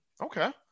Okay